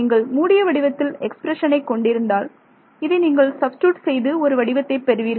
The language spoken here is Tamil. நீங்கள் மூடிய வடிவத்தில் எக்ஸ்பிரஷனை கொண்டிருந்தால் இதை நீங்கள் சப்ஸ்டிட்யூட் செய்து ஒரு வடிவத்தை பெறுவீர்கள்